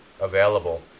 available